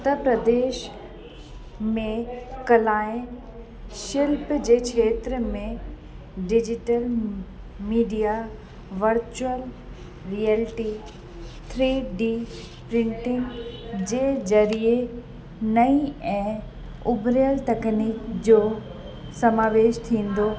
उत्तर प्रदेश में कला ऐं शिल्प जे खेत्र में digital media virtual reality three D printing जे ज़रिए नई ऐं उभिरियलु तकनीक जो समावेश थींदो